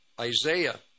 Isaiah